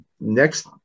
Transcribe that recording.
next